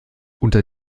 unter